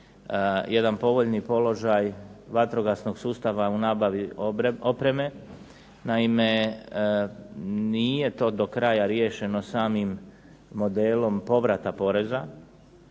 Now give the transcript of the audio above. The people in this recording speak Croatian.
jedan povoljni položaj vatrogasnog sustava u nabavi opreme. Naime, nije to do kraja riješeno samim modelom povrata poreza,